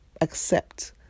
accept